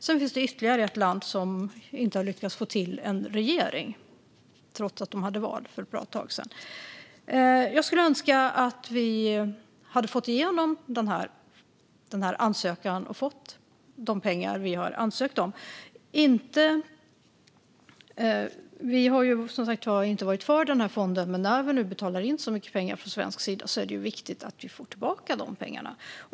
Sedan finns det ytterligare ett land som inte har lyckats få till en regering, trots att man hade val för ett bra tag sedan. Jag skulle önska att vi hade fått igenom den här ansökan och fått de pengar vi har ansökt om. Vänsterpartiet har som sagt inte varit för denna fond, men när vi nu betalar in så mycket pengar från svensk sida är det ju viktigt att vi får tillbaka dessa pengar.